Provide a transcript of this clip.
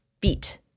beat